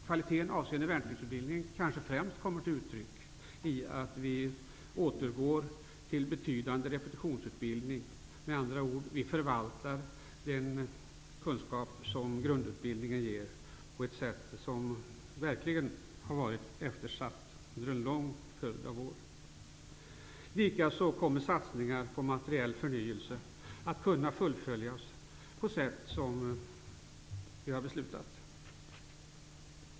Kvaliteten på värnpliktsutbildningen kommer kanske främst till uttryck i att vi återgår till en betydande repetitionsutbildningen. Med andra ord förvaltar vi den kunskap som grundutbildningen ger på ett bättre sätt. Det har verkligen varit eftersatt under en lång följd av år. Likaså kommer satsningar på materiell förnyelse att kunna fullföljas på det sätt som vi har beslutat.